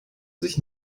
sich